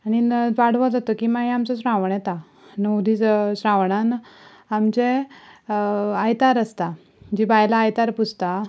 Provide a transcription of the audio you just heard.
आनी पाडवो जातकीर मागीर आमचो श्रावण येता णव दीस श्रावणान आमचें आयतार आसता जीं बायलां आयतार पुजता